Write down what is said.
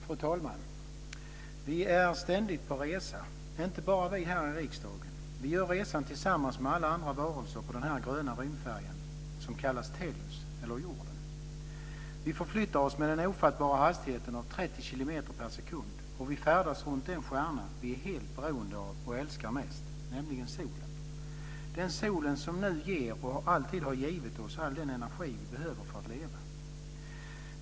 Fru talman! Vi är ständigt på resa, inte bara här i riksdagen. Vi gör resan tillsammans med alla andra varelser på denna gröna rymdfärja som kallas Tellus, eller jorden. Vi förflyttar oss med den ofattbara hastigheten av 30 kilometer per sekund, och vi färdas runt den stjärna vi är helt beroende av och älskar mest, nämligen solen. Det är den sol som nu ger och alltid har givit oss all den energi vi behöver för att leva.